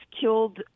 killed